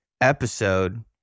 episode